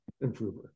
improver